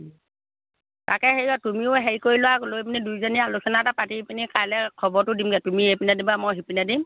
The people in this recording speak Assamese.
তাকে হেৰি তুমিও হেৰি কৰি লোৱা লৈ পিনি দুইজনী আলোচনা এটা পাতি পিনি কাইলৈ খবৰটো দিমগৈ তুমি এইপিনে দিবা মই সিপিনে দিম